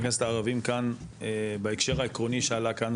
הכנסת הערבים כאן בהקשר העקרוני שעלה כאן,